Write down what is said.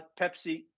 Pepsi